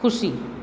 ખુશી